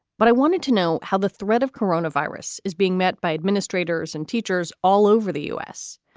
but i wanted to know how the threat of corona virus is being met by administrators and teachers all over the u s.